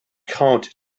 count